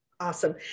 Awesome